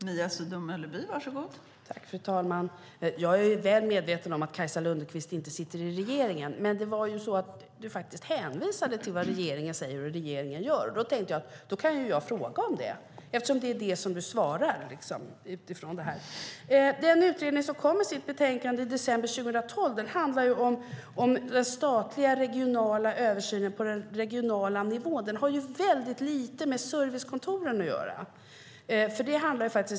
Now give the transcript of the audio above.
Fru talman! Jag är väl medveten om att Kajsa Lunderquist inte sitter i regeringen, men du hänvisade, Kajsa, till vad regeringen säger och vad regeringen gör. Då tänkte jag att jag kan fråga om det. Det betänkande som kom i december 2012 handlar om den statliga och regionala översynen på regional nivå. Det har väldigt lite med servicekontoren att göra.